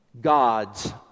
God's